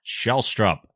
Shellstrup